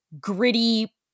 gritty